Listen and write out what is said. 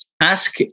ask